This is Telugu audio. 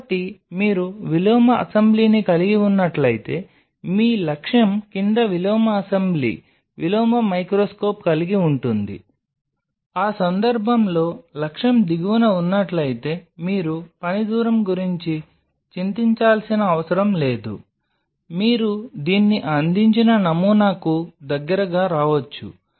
కాబట్టి మీరు విలోమ అసెంబ్లీని కలిగి ఉన్నట్లయితే మీ లక్ష్యం కింద విలోమ అసెంబ్లీ విలోమ మైక్రోస్కోప్ కలిగి ఉంటుంది ఆ సందర్భంలో లక్ష్యం దిగువన ఉన్నట్లయితే మీరు పని దూరం గురించి చింతించాల్సిన అవసరం లేదు మీరు దీన్ని అందించిన నమూనాకు దగ్గరగా రావచ్చు